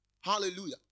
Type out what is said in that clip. Hallelujah